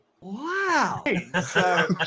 wow